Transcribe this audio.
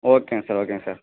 ஓகேங்க சார் ஓகேங்க சார்